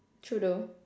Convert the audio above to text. true though